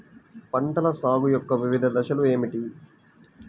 పంటల సాగు యొక్క వివిధ దశలు ఏమిటి?